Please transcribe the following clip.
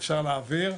אפשר להעביר.